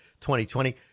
2020